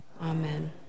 Amen